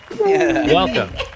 Welcome